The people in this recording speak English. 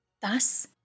Thus